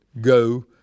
go